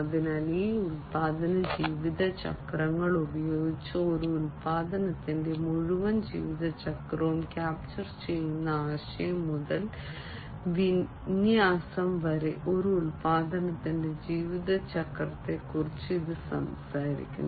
അതിനാൽ ഈ ഉൽപ്പന്ന ജീവിത ചക്രങ്ങൾ ഉപയോഗിച്ച് ഒരു ഉൽപ്പന്നത്തിന്റെ മുഴുവൻ ജീവിതചക്രവും ക്യാപ്ചർ ചെയ്യുന്ന ആശയം മുതൽ വിന്യാസം വരെ ഒരു ഉൽപ്പന്നത്തിന്റെ ജീവിതചക്രത്തെക്കുറിച്ച് ഇത് സംസാരിക്കുന്നു